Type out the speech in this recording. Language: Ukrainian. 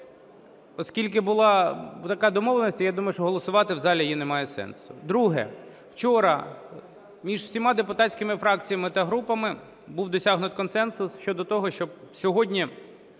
Оскільки була така домовленість, я думаю, що голосувати в залі її немає сенсу. Друге, вчора між всіма депутатськими фракціями та групами був досягнутий консенсус щодо того, щоб сьогодні